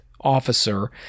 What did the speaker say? officer